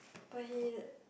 but he